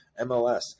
MLS